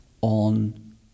on